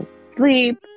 sleep